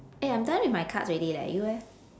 eh I'm done with my cards already leh you eh